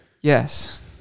yes